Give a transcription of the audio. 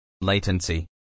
Latency